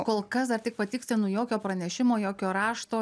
kol kas dar tik patikslinu jokio pranešimo jokio rašto